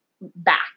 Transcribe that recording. back